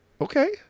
okay